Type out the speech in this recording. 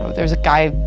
there was a guy,